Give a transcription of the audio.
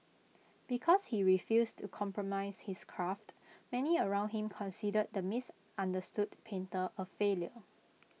because he refused to compromise his craft many around him considered the misunderstood painter A failure